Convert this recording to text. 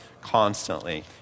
constantly